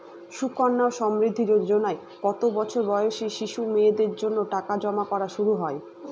সুকন্যা সমৃদ্ধি যোজনায় কত বছর বয়সী শিশু মেয়েদের জন্য টাকা জমা করা শুরু হয়?